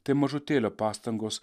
tai mažutėlio pastangos